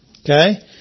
okay